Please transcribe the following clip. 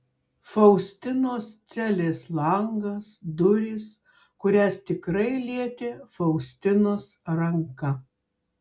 faustinos celės langas durys kurias tikrai lietė faustinos ranka